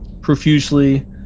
profusely